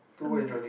two what you joining